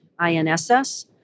INSS